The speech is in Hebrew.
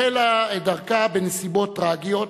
החלה את דרכה בנסיבות טרגיות